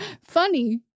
funny